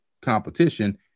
competition